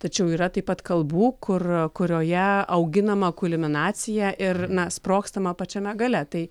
tačiau yra taip pat kalbų kur kurioje auginama kulminacija ir na sprogstama pačiame gale tai